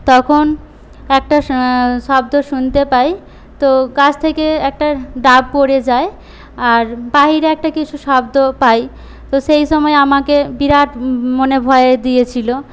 তখন একটা শব্দ শুনতে পাই তো গাছ থেকে একটা ডাব পরে যায় আর একটা কিছু শব্দ পাই তো সেইসময় আমাকে বিরাট মনে ভয় দিয়েছিল